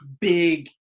big